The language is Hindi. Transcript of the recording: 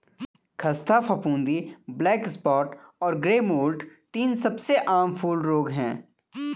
ख़स्ता फफूंदी, ब्लैक स्पॉट और ग्रे मोल्ड तीन सबसे आम फूल रोग हैं